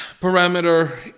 parameter